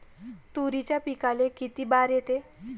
तुरीच्या पिकाले किती बार येते?